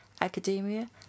academia